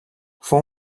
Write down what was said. fou